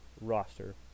roster